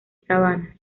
sabanas